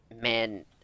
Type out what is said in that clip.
man